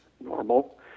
normal